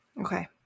Okay